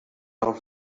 out